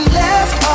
left